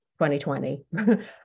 2020